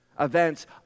events